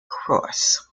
cross